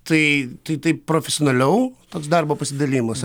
tai tai taip profesionaliau toks darbo pasidalijimas